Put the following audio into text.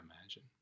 imagine